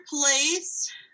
place